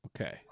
Okay